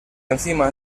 encima